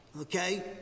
okay